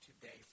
today